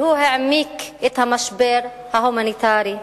והוא העמיק את המשבר ההומניטרי,